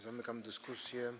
Zamykam dyskusję.